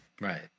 Right